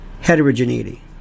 heterogeneity